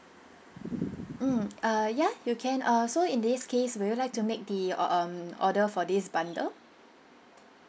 mm uh ya you can uh so in this case would you like to make the um order for this bundle